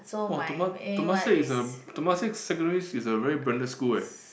[wah] tema~ Temasek is a Temasek secondary is a very branded school eh